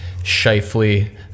Shifley